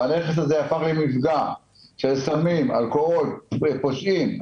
אותו נכס הפך למקום של סמים, אלכוהול, פושעים.